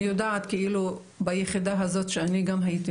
אני יודעת כאילו ביחידה הזאת שאני גם הייתי